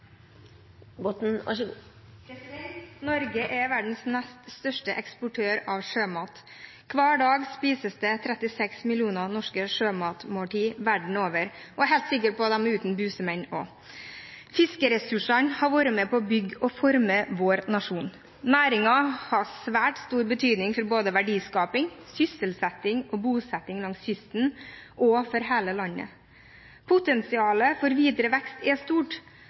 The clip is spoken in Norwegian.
helt sikker på at de er uten busemenn. Fiskeressursene har vært med på å bygge og forme vår nasjon. Næringen har svært stor betydning for både verdiskaping, sysselsetting og bosetting langs kysten og for hele landet. Potensialet for videre vekst er stort.